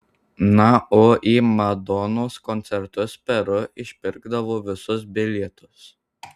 na o į madonos koncertus peru išpirkdavo visus bilietus